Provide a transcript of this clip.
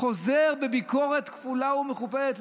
חוזר בביקורת כפולה ומכופלת,